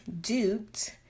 duped